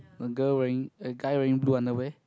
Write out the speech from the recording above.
a girl wearing a guy wearing blue underwear